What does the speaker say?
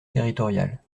territoriales